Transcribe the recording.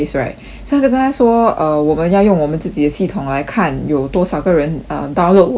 他就跟他说 uh 我们要用我们自己的系统来看有多少个人 uh download 我们的 app